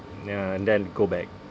ya and then go back